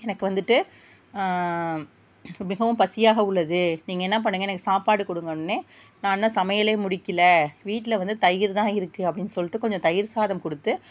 எனக்கு வந்துவிட்டு மிகவும் பசியாக உள்ளது நீங்கள் என்ன பண்ணுங்கள் எனக்கு சாப்பாடு கொடுங்கன்னு நான் இன்னும் சமையலே முடிக்கல வீட்டில் வந்து தயிர்தான் இருக்கு அப்படின் சொல்லிட்டு கொஞ்சம் தயிர்சாதம் கொடுத்து